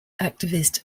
activist